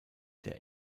der